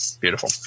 beautiful